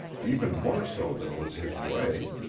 even more so than was his way,